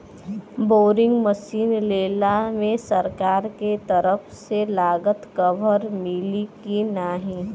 Boring machine लेला मे सरकार के तरफ से लागत कवर मिली की नाही?